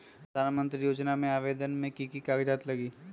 प्रधानमंत्री योजना में आवेदन मे की की कागज़ात लगी?